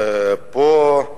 ופה,